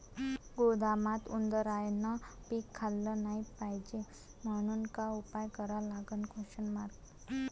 गोदामात उंदरायनं पीक खाल्लं नाही पायजे म्हनून का उपाय करा लागन?